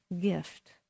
gift